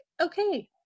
okay